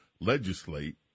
legislate